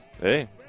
Hey